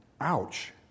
Ouch